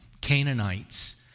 Canaanites